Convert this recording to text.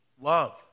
love